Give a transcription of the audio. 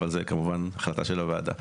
אבל זאת כמובן החלטה של הוועדה.